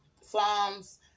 Psalms